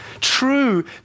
true